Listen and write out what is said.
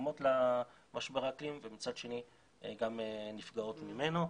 תורמות למשבר האקלים ומצד שני גם נפגעות ממנו.